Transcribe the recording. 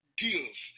deals